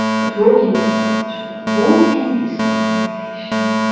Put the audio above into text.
but walking is so much more. walking is contemplation.